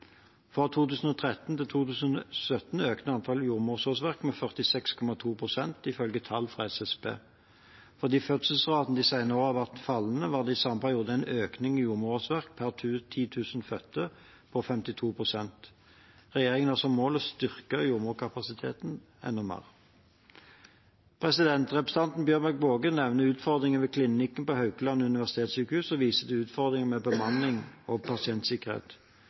Fra 2013 til 2017 økte antall jordmorårsverk med 46,2 pst., ifølge tall fra SSB. Fordi fødselsraten de senere år har vært fallende, var det i samme periode en økning i jordmorårsverk per 10 000 fødte på 52 pst. Regjeringen har som mål å styrke jordmorkapasiteten enda mer. Representanten Bjørnebekk-Waagen nevner utfordringene ved kvinneklinikken på Haukeland universitetssykehus og viser til utfordringer med bemanning og pasientsikkerhet.